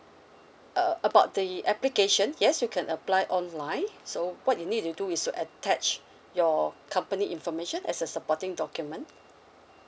uh about the application yes you can apply online so what you need to do is to attach your company information as a supporting document